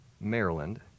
Maryland